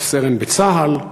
רב-סרן בצה"ל,